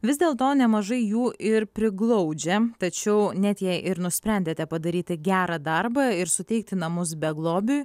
vis dėl to nemažai jų ir priglaudžia tačiau net jei ir nusprendėte padaryti gerą darbą ir suteikti namus beglobiui